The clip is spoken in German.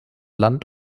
land